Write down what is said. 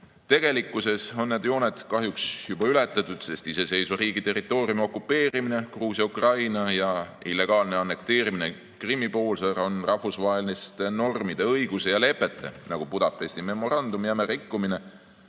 Tegelikkuses on need jooned kahjuks juba ületatud, sest iseseisva riigi territooriumi okupeerimine (Gruusia, Ukraina) ja illegaalne annekteerimine (Krimmi poolsaar) on rahvusvaheliste normide, õiguse ja lepete, näiteks Budapesti memorandumi jäme rikkumine,